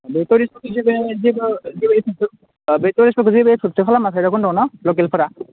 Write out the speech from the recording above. टुरिस्टफोरखौ जेबो डिस्टार्ब खालामादां ना लकेलफोरा